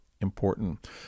important